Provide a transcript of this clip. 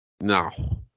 No